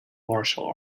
martial